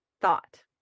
thought